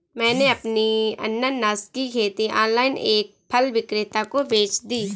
मैंने अपनी अनन्नास की खेती ऑनलाइन एक फल विक्रेता को बेच दी